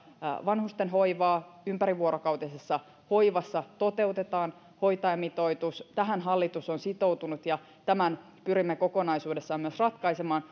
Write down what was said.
vanhustenhoivaa ympärivuorokautisessa hoivassa ja että toteutetaan hoitajamitoitus tähän hallitus on sitoutunut ja tämän pyrimme kokonaisuudessaan myös ratkaisemaan